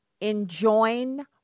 enjoin